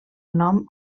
nom